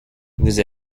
vous